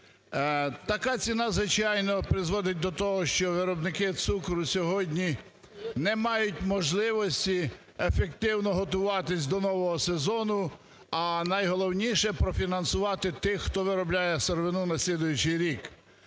Така ціна, звичайно, призводить до того, що виробники цукру сьогодні не мають можливості ефективно готуватись до нового сезону, а найголовніше – профінансувати тих, хто виробляє сировину на слідуючий рік.